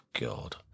God